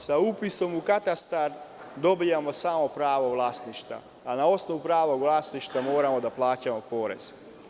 Sa upisom u katastar dobijamo samo pravo vlasništva, a na osnovu prava u vlasništva moramo da plaćamo porez.